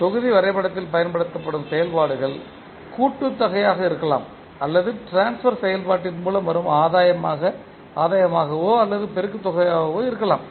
தொகுதி வரைபடத்தில் பயன்படுத்தப்படும் செயல்பாடுகள் கூட்டுத் தொகையாக இருக்கலாம் அல்லது ட்ரான்ஸ்பர் செயல்பாட்டின் மூலம் வரும் ஆதாயமாக ஆதாயமாகவோ அல்லது பெருக்குத் தொகையாகவோ இருக்கலாம்